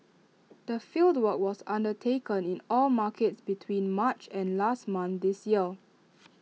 the fieldwork was undertaken in all markets between March and last month this year